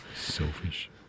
Selfish